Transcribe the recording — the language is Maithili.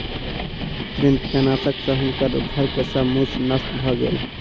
कृंतकनाशक सॅ हुनकर घर के सब मूस नष्ट भ गेल